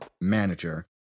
manager